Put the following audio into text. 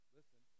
Listen